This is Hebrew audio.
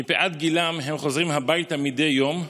מפאת גילם הם חוזרים הביתה מדי יום,